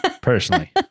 personally